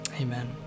Amen